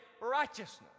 righteousness